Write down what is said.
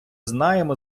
знаємо